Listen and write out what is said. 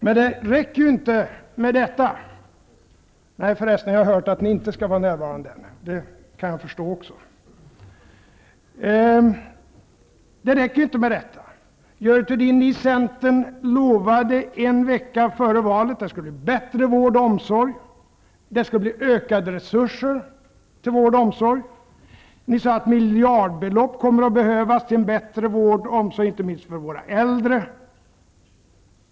Nej, jag hörde just att regeringen inte skall närvara, och det kan jag också förstå. Det räcker emellertid inte med detta. Görel Thurdin, ni i Centern lovade en vecka före valet att det skulle bli bättre vård och omsorg, och ökade resurser till vård och omsorg. Ni sade att miljardbelopp skulle behövas till en bättre vård och omsorg, inte minst för våra äldre.